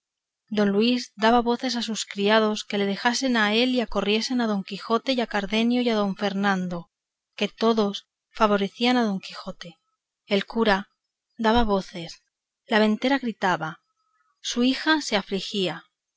don luis daba voces a sus criados que le dejasen a él y acorriesen a don quijote y a cardenio y a don fernando que todos favorecían a don quijote el cura daba voces la ventera gritaba su hija se afligía